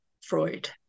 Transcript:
Freud